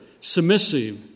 submissive